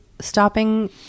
stopping